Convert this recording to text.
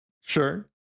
Sure